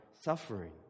Suffering